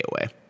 Away